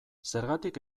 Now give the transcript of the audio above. zergatik